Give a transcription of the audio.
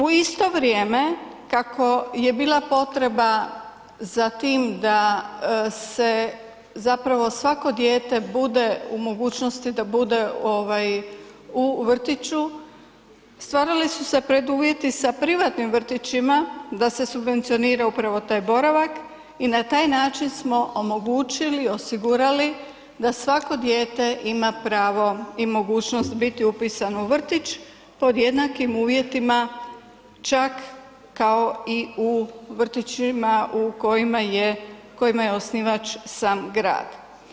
U isto vrijeme kako je bila potreba za tim da se zapravo svako dijete bude u mogućnosti da bude ovaj u vrtiću, stvarali su se preduvjeti sa privatnim vrtićima da se subvencionira upravo taj boravak i na taj način smo omogućili, osigurali da svako dijete ima pravo i mogućnost biti upisano u vrtić pod jednakim uvjetima čak kao i u vrtićima u kojima je, kojima je osnivač sam grad.